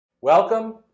Welcome